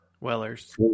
Weller's